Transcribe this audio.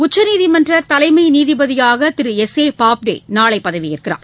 உச்சநீதிமன்ற தலைமை நீதிபதியாக திரு எஸ் ஏ பாப்தே நாளை பதவியேற்கிறார்